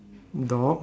dog